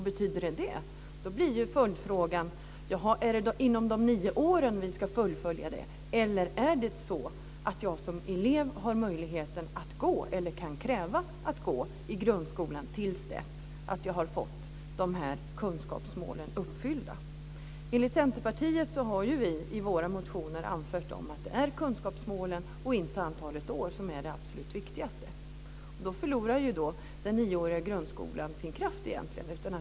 Betyder den detta blir ju följdfrågan: Är det inom de nio åren vi ska fullfölja detta eller kan jag som elev kräva att få gå i grundskolan till dess jag har fått de här kunskapsmålen uppfyllda? I Centerpartiet har vi i våra motioner anfört att det är kunskapsmålen och inte antalet år som är det absolut viktigaste. Då förlorar egentligen den nioåriga grundskolan sin kraft.